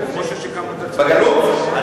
בגלות?